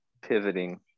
pivoting